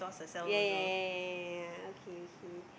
yeah yeah yeah yeah yeha okay okay